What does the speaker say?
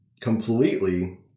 completely